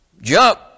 jump